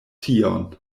tion